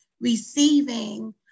receiving